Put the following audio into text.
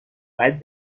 باید